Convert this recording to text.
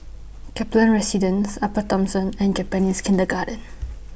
Kaplan Residence Upper Thomson and Japanese Kindergarten